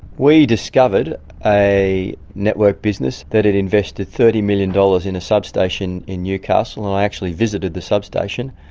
we discovered a network business that had invested thirty million dollars in a substation in newcastle, and i actually visited the substation.